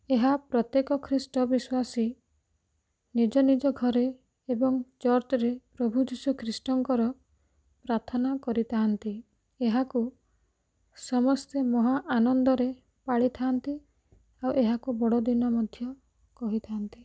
ଏହା ପ୍ରତ୍ୟେକ ଖ୍ରୀଷ୍ଟ ବିଶ୍ୱାସୀ ନିଜ ନିଜ ଘରେ ଏବଂ ଚର୍ଚ୍ଚରେ ପ୍ରଭୁ ଯୀଶୁଖ୍ରୀଷ୍ଟଙ୍କର ପ୍ରାର୍ଥନା କରିଥାଆନ୍ତି ଏହାକୁ ସମସ୍ତେ ମହା ଆନନ୍ଦରେ ପାଳିଥାଆନ୍ତି ଆଉ ଏହାକୁ ବଡ଼ଦିନ ମଧ୍ୟ କହିଥାନ୍ତି